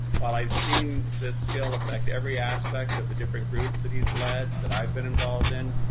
while i've seen this skill affect every aspect of the different groups that he's led that i've been involved in,